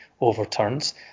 overturns